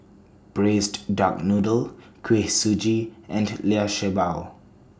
Braised Duck Noodle Kuih Suji and Liu Sha Bao